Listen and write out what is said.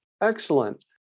Excellent